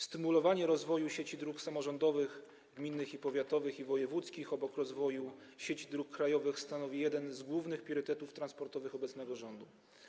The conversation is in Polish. Stymulowanie rozwoju sieci dróg samorządowych gminnych, powiatowych i wojewódzkich obok rozwoju sieci dróg krajowych stanowi jeden z głównych priorytetów transportowych obecnego rządu.